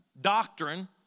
doctrine